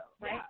right